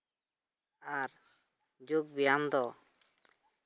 ᱟᱨ ᱡᱳᱜᱽ ᱵᱮᱭᱟᱢ ᱫᱚ